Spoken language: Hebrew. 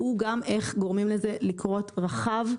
הוא גם איך גורמים לזה לקרות רחב,